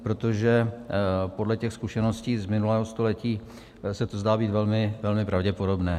Protože podle těch zkušeností z minulého století se to zdá být velmi pravděpodobné.